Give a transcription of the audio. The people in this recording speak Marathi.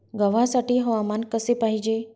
गव्हासाठी हवामान कसे पाहिजे?